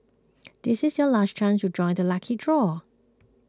this is your last chance to join the lucky draw